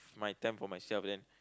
my time for myself then